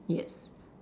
yes